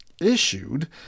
issued